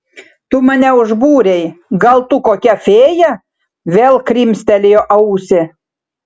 tu mane užbūrei gal tu kokia fėja vėl krimstelėjo ausį